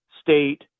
State